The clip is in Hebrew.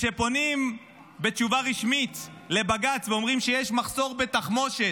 כשפונים בתשובה רשמית לבג"ץ ואומרים שיש מחסור בתחמושת,